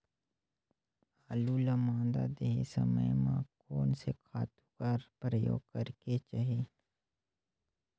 आलू ल मादा देहे समय म कोन से खातु कर प्रयोग करेके चाही?